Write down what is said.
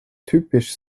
typisch